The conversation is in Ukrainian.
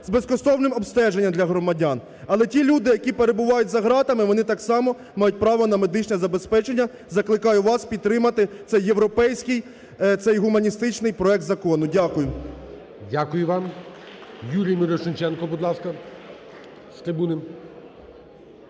з безкоштовним обстеження для громадян. Але ті люди, які перебувають за ґратами вони так само мають право на медичне забезпечення. Закликаю вас підтримати цей європейський, цей гуманістичний проект закону. Дякую. ГОЛОВУЮЧИЙ. Дякую вам. Юрій Мірошниченко, будь ласка, з трибуни.